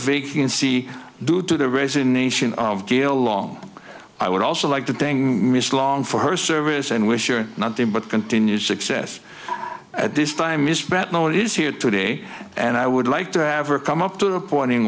vacancy due to the resignation of geelong i would also like to thing mrs long for her service and wish or nothing but continued success at this time is that now it is here today and i would like to have a come up to the point in